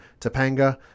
Topanga